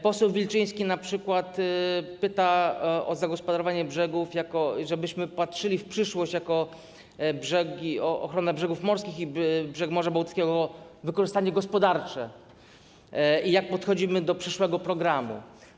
Poseł Wilczyński np. pyta o zagospodarowanie brzegów, mówi, żebyśmy patrzyli w przyszłość, pyta o ochronę brzegów morskich, brzegu Morza Bałtyckiego, o wykorzystanie gospodarcze i o to, jak podchodzimy do przyszłego programu.